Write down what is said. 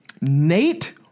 Nate